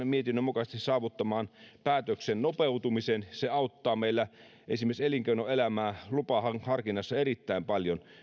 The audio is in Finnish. mietinnön mukaisesti saavuttamaan päätöksen nopeutumisen se auttaa meillä esimerkiksi elinkeinoelämää lupaharkinnassa erittäin paljon